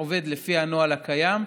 עובד לפי הנוהל הקיים.